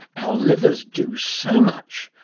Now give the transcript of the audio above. our livers do so much,